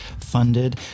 funded